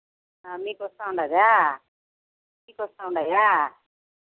మీకు వస్తు ఉందా మీకు వస్తు ఉన్నాయా